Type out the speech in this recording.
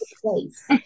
place